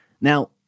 Now